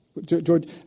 George